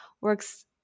works